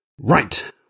Right